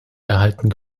erhalten